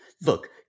Look